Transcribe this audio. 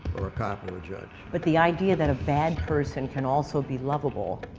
or a cop, or a judge. but the idea that a bad person can also be lovable,